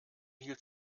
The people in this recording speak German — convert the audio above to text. hielt